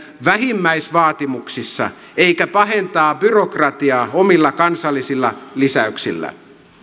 vähimmäisvaatimuksissa eikä pahentaa byrokratiaa omilla kansallisilla lisäyksillä